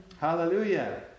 Hallelujah